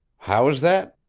how is that?